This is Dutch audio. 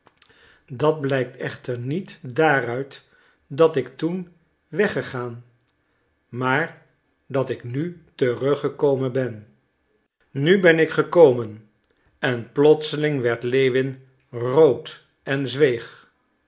dat blijkt echter niet daaruit dat ik toen weggegaan maar dat ik nu teruggekomen ben nu ben ik gekomen en plotseling werd lewin rood en zweeg